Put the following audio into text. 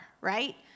right